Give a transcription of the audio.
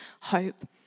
hope